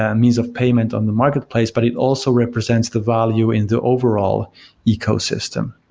ah means of payment on the marketplace, but it also represents the value in the overall ecosystem.